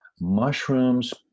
Mushrooms